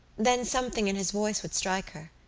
then something in his voice would strike her.